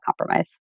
compromise